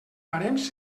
barems